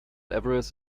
everest